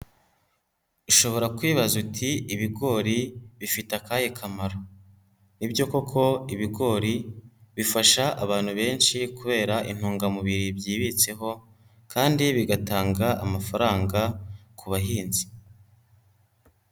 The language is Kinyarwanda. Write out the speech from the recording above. Ushobora kwibaza uti, Ibigori bifite akahe kamaro? Nibyo koko ibigori bifasha abantu benshi kubera intungamubiri byibitseho kandi bigatanga amafaranga ku bahinzi.